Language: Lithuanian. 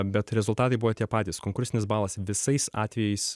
bet rezultatai buvo tie patys konkursinis balas visais atvejais